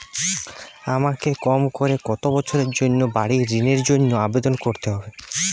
আমাকে কম করে কতো বছরের জন্য বাড়ীর ঋণের জন্য আবেদন করতে হবে?